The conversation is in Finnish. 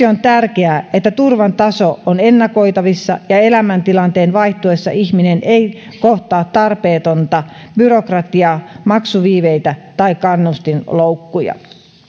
on tärkeää että turvan taso on ennakoitavissa ja elämäntilanteen vaihtuessa ihminen ei kohtaa tarpeetonta byrokratiaa maksuviiveitä tai kannustinloukkuja